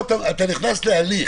הוא כן ישתתף בו.